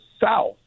South